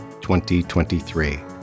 2023